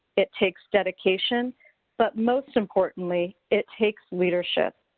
it takes dedication but most importantly it takes leadership.